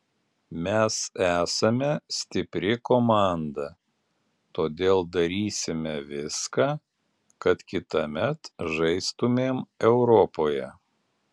mes esame stipri komanda todėl darysime viską kad kitąmet žaistumėm europoje